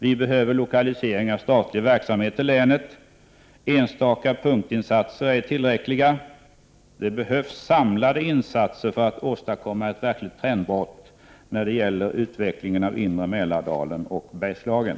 Vi behöver lokalisering av statlig verksamhet till länet. Enstaka punktinsatser är ej tillräckliga. Det behövs samlade insatser för att åstadkomma ett verkligt trendbrott när det gäller utvecklingen av inre Mälardalen och Bergslagen.